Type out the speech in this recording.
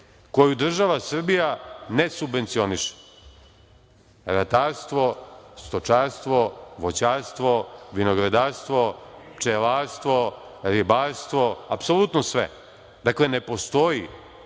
koju država Srbija ne subvencioniše: ratarstvo, stočarstvo, voćarstvo, vinogradarstvo, pčelarstvo, ribarstvo, apsolutno sve. Dakle, ne postoji,